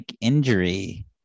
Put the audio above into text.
injury